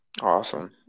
Awesome